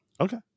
Okay